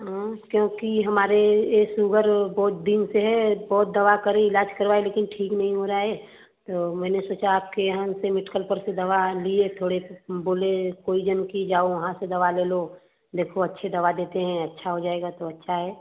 हाँ क्योंकि हमारी यह सुगर बहुत दिन से है बहुत दवा करी इलाज करवाई लेकिन ठीक नहीं हो रही है तो मैंने सोचा आपके यहाँ से मेडकल पर से दवा लिए थोड़े से बोले कोई जन कि जाओ वहाँ से दवा ले लो देखो अच्छी दवा देते हैं अच्छा हो जाएगा तो अच्छा है